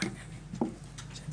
פתח את